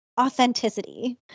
authenticity